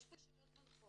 יש פה שאלות מנחות